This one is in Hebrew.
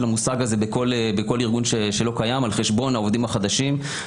המושג הזה בכל ארגון שלא קיים על חשבון העובדים החדשים.